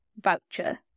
voucher